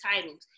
titles